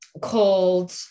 called